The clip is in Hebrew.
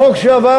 החוק שעבר,